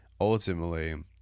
Ultimately